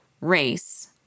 race